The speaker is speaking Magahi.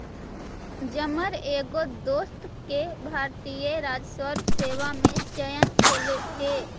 जमर एगो दोस्त के भारतीय राजस्व सेवा में चयन होले हे